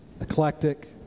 eclectic